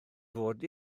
fod